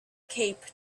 cape